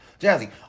jazzy